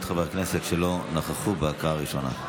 חברי הכנסת שלא נכחו בהקראה הראשונה.